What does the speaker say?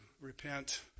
repent